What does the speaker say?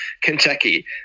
Kentucky